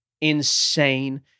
Insane